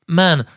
man